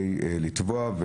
לתבוע.